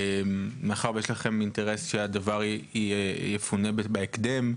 מאחר ויש לכם אינטרס שהדבר יפונה בהקדם,